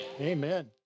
Amen